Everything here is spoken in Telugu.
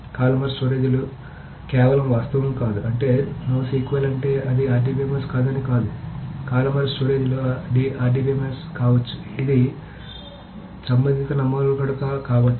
కాలుమనార్ స్టోరేజ్ లు కేవలం వాస్తవం కాదు అంటే NoSQL అంటే అది RDBMS కాదని కాదు కాలుమనార్ స్టోరేజ్ లు RDBMS కావచ్చు ఇవి సంబంధిత నమూనాలు కూడా కావచ్చు